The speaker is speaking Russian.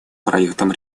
проектам